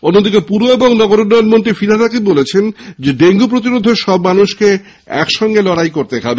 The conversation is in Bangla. অন্যদিকে পুর ও নগরোন্নয়ন মন্ত্রী ফিরহাদ হাকিম বলেছেন ডেঙ্গু প্রতিরোধে সব মানুষকে এক সঙ্গে লড়াই করতে হবে